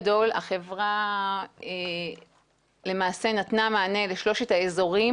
החברה למעשה נתנה מענה לשלושת האזורים